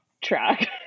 track